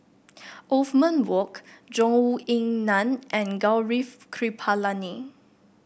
Othman Wok Zhou Ying Nan and Gaurav Kripalani